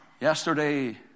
yesterday